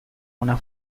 una